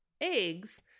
eggs